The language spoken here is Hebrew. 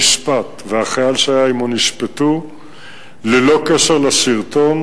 המג"ד נשפט והחייל שהיה עמו נשפט ללא קשר לסרטון.